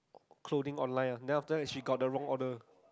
clothing online ah then after that she got the wrong order